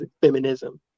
feminism